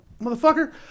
motherfucker